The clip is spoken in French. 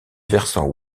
versant